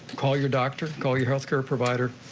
call your doctor, call your health care provider,